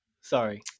Sorry